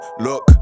look